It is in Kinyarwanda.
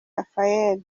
raphael